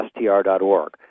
str.org